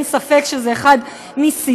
אין ספק שזה אחד משיאיו,